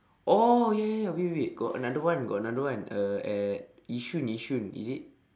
oh ya ya ya wait wait wait got another one got another one uh at yishun yishun is it